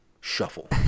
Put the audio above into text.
shuffle